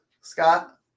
Scott